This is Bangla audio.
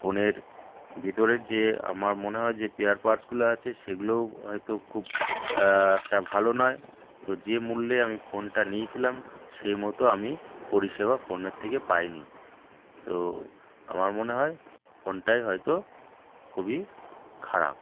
ফোনের ভিতরের যে আমার মনে হয় যে স্পেয়ার পার্টসগুলো আছে সেগুলোও হয়তো খুব একটা ভালো নয় তো যে মূল্যে আমি ফোনটা নিয়েছিলাম সেই মতো আমি পরিষেবা ফোনের থেকে পাইনি তো আমার মনে হয় ফোনটাই হয়তো খুবই খারাপ